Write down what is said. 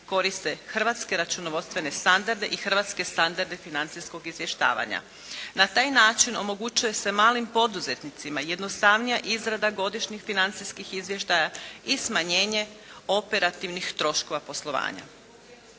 koriste hrvatske računovodstvene standarde i hrvatske standarde financijskog izvještavanja. Na taj način omogućuje se malim poduzetnicima jednostavnija izrada godišnjih financijskih izvještaja i smanjenje operativnih troškova poslovanja.